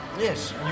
Yes